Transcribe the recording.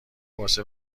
واسه